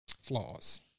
flaws